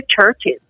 churches